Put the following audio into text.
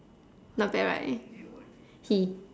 not bad right he